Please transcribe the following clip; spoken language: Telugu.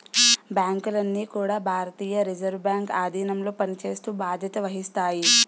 బ్యాంకులన్నీ కూడా భారతీయ రిజర్వ్ బ్యాంక్ ఆధీనంలో పనిచేస్తూ బాధ్యత వహిస్తాయి